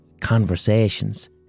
conversations